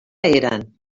eren